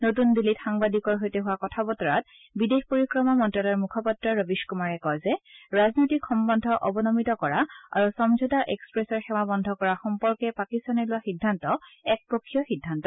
নতুন দিল্লীত সাংবাদিকৰ সৈতে হোৱা কথা বতৰাৰত বিদেশ পৰিক্ৰমা মন্ত্ৰালয়ৰ মুখপাত্ৰ ৰবিশ কুমাৰে কয় যে ৰাজনৈতিক সম্বন্ধ অৱনমিত কৰা আৰু সমঝোতা এক্সপ্ৰেছৰ সেৱা বন্ধ কৰা সম্পৰ্কে পাকিস্তানে লোৱা সিদ্ধান্ত একপক্ষীয় সিদ্ধান্ত